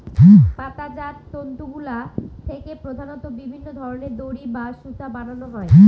পাতাজাত তন্তুগুলা থেকে প্রধানত বিভিন্ন ধরনের দড়ি বা সুতা বানানো হয়